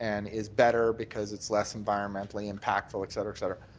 and is better because it's less environmentally impactful, et cetera, et cetera.